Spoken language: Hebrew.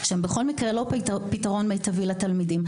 שהם בכל מקרה לא פתרון מיטבי לתלמידים,